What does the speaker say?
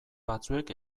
batzuek